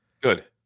Good